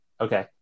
Okay